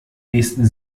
nächsten